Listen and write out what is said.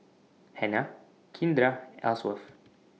Hannah Kindra and Ellsworth